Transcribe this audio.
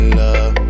love